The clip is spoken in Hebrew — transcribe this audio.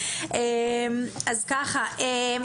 שהיה מאוד מאוד נחמד.